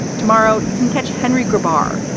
tomorrow, you can catch henry goodbar.